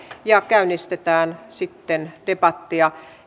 eli käynnistetään sitten debattia